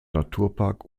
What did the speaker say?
naturpark